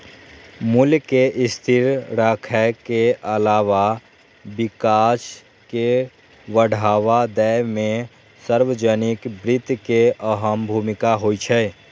मूल्य कें स्थिर राखै के अलावा विकास कें बढ़ावा दै मे सार्वजनिक वित्त के अहम भूमिका होइ छै